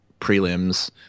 prelims